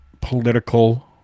political